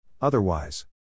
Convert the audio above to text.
Otherwise